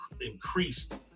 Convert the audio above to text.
increased